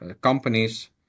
companies